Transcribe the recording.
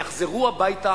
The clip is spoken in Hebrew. יחזרו הביתה